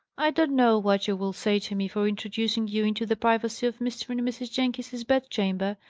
i don't know what you will say to me for introducing you into the privacy of mr. and mrs. jenkins's bed-chamber,